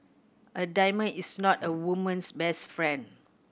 a diamond is not a woman's best friend